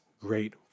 great